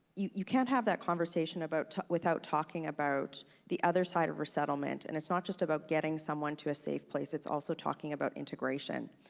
you can't have that conversation without talking about the other side of resettlement, and it's not just about getting someone to a safe place. it's also talking about integration,